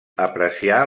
apreciar